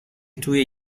توی